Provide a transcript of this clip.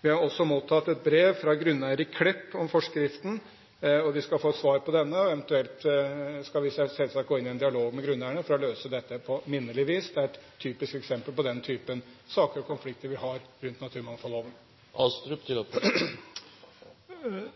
Vi har også mottatt et brev fra grunneiere i Klepp om forskriften. De skal få et svar på dette, og eventuelt skal vi selvsagt gå inn i en dialog med grunneierne for å løse dette på minnelig vis. Det er et typisk eksempel på den typen saker og konflikter vi har rundt